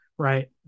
Right